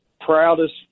proudest